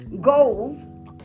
goals